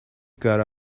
got